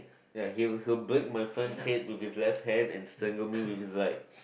ya he'll he'll break my friend's head with his left hand and strangle me with his right